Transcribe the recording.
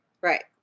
Right